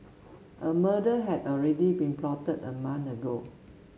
a murder had already been plotted a month ago